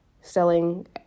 selling